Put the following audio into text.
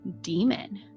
demon